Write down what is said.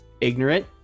ignorant